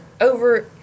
over